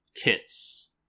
kits